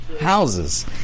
houses